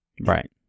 Right